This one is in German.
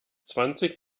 zwanzig